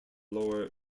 lower